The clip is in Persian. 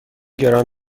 گران